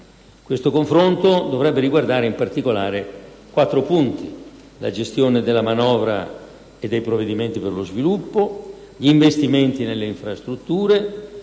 Questo confronto dovrebbe riguardare, in particolare, quattro punti: